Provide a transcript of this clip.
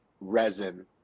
resin